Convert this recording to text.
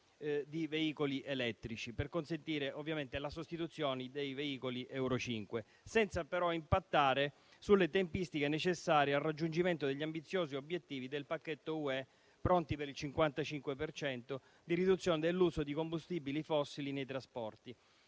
di veicoli elettrici, per consentire ovviamente la sostituzione dei veicoli euro 5, senza però impattare sulle tempistiche necessarie al raggiungimento degli ambiziosi obiettivi del pacchetto UE «Pronti per il 55 per cento» di riduzione dell'uso di combustibili fossili nei trasporti,